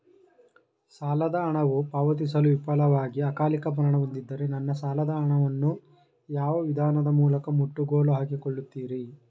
ಸಾಲದ ಹಣವು ಪಾವತಿಸಲು ವಿಫಲವಾಗಿ ಅಕಾಲಿಕ ಮರಣ ಹೊಂದಿದ್ದರೆ ನನ್ನ ಸಾಲದ ಹಣವನ್ನು ಯಾವ ವಿಧಾನದ ಮೂಲಕ ಮುಟ್ಟುಗೋಲು ಹಾಕಿಕೊಳ್ಳುತೀರಿ?